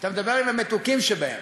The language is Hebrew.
אתה מדבר עם המתוקים שבהם.